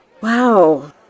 Wow